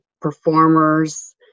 performers